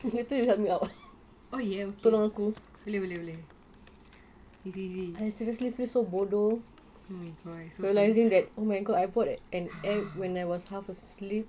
oh yes okay okay okay boleh boleh boleh easy easy easy